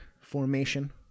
formation